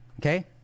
Okay